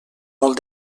molt